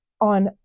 On